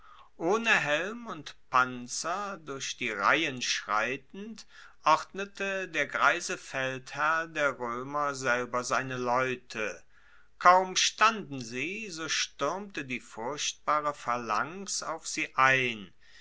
ohne helm und panzer durch die reihen schreitend ordnete der greise feldherr der roemer selber seine leute kaum standen sie so stuermte die furchtbare phalanx auf sie ein